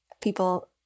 people